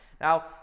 Now